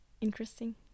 Interesting